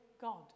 God